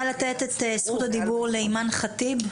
את זכות הדיבור לאימאן ח'טיב,